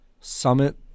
Summit